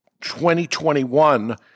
2021